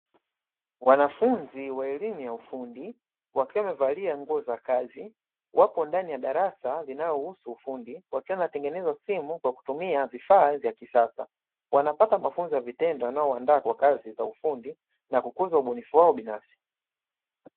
Wanafunzi wa elimu ya ufundi wakiwa wamevalia nguo za kazi, wapo ndani ya darasa linalo husu ufundi wakiwa wanatengeneza simu kwa kutumia vifaa vya kisasa, wanapata mafunzo ya vitendo yanayo waandaa kwa kazi za ufundi na kukuza ubunifu wao binafsi.